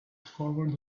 forward